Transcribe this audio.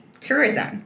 Tourism